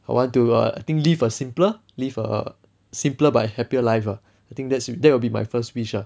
I want to err live a simpler live a simpler but happier life ah I think that's that will be my first wish ah